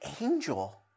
angel